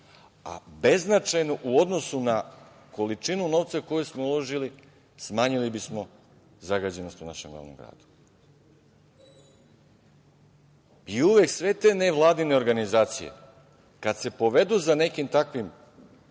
a beznačajno u odnosu na količinu novca koju smo uložili, smanjili bi smo zagađenost u našem glavnom gradu. Uvek sve te nevladine organizacije kada se povedu za nekom takvom